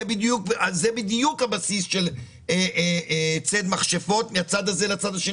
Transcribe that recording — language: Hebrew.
זה בדיוק הבסיס לציד מכשפות משני הצדדים.